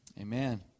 amen